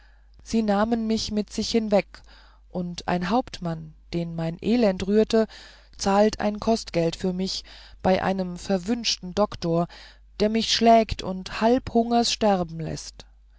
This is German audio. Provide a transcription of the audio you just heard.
sie nahmen mich mit sich hinweg und ein hauptmann den mein elend rührte zahlt ein kostgeld für mich bei einem verwünschten doktor der mich schlägt und halb hungers sterben läßt